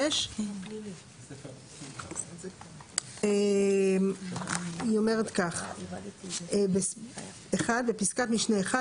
256. היא אומרת כך: בפסקת משנה (1),